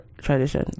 tradition